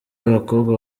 abakobwa